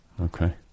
okay